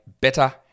better